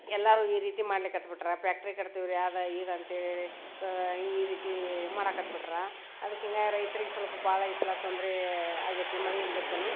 ಎಲ್ಲರೂ ಈ ರೀತಿ ಮಾಡ್ಲಿಕ್ಕತ್ತ ಬಿಟ್ರೆ ಪ್ಯಾಕ್ಟ್ರಿ ಕಟ್ತೀವಿ ರೀ ಆದ ಈಗ ಅಂಥೇಳಿರಿ ಈ ರೀತಿ ಮಾಡಾಕ್ಕತ್ತ ಬಿಟ್ರೆ ಅದ್ಕೆ ಹಿಂಗೆ ರೈತ್ರಿಗೆ ಸ್ವಲ್ಪ ಭಾಳ ಈ ಸಲ ತೊಂದರೆ ಆಗೈತಿ ಮಳೆ ಇಲ್ದಕ್ಕೂ